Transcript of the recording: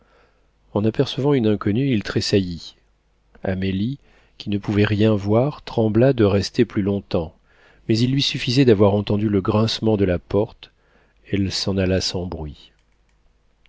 en apercevant une inconnue il tressaillit amélie qui ne pouvait rien voir trembla de rester plus longtemps mais il lui suffisait d'avoir entendu le grincement de la porte elle s'en alla sans bruit